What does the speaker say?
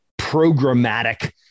programmatic